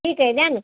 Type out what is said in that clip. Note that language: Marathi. ठीक आहे द्यानं